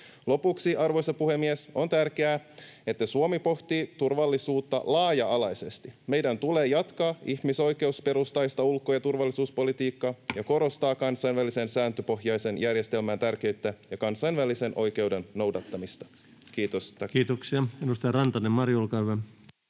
Lopuksi, arvoisa puhemies: On tärkeää, että Suomi pohtii turvallisuutta laaja-alaisesti. Meidän tulee jatkaa ihmisoikeusperustaista ulko- ja turvallisuuspolitiikkaa ja korostaa kansainvälisen sääntöpohjaisen järjestelmän tärkeyttä ja kansainvälisen oikeuden noudattamista. — Kiitos, tack. [Speech 159] Speaker: